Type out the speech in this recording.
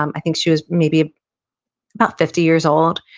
um i think she was maybe about fifty years old,